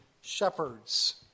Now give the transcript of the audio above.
shepherds